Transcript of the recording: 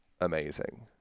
amazing